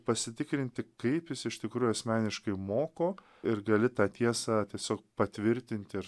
pasitikrinti kaip jis iš tikrųjų asmeniškai moko ir gali tą tiesą tiesiog patvirtint ir